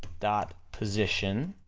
dot position.